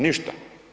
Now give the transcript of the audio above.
Ništa.